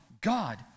God